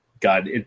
God